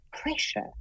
pressure